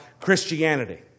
Christianity